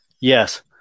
Yes